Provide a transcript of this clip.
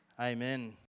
Amen